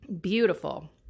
Beautiful